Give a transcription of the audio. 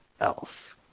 else